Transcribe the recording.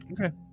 Okay